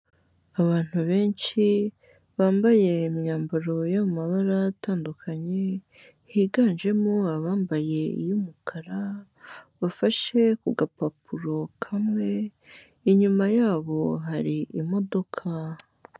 Abantu benshi bambaye imyambaro y'amabara atandukanye higanjemo abambaye iy'umukara, bafashe ku gapapuro kamwe inyuma yabo hari imodoka.